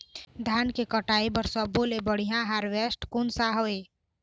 धान के कटाई बर सब्बो ले बढ़िया हारवेस्ट कोन सा हवए?